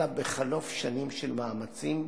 אלא בחלוף שנים של מאמצים,